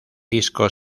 disco